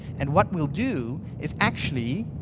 and what we'll do is actually,